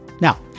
Now